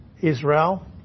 Israel